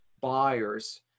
buyers